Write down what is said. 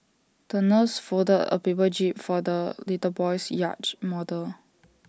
the nurse folded A paper jib for the little boy's yacht model